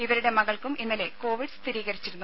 ഇവരുടെ മകൾക്കും ഇന്നലെ കോവിഡ് സ്ഥിരീകരിച്ചിരുന്നു